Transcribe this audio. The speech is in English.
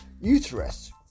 uterus